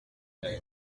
they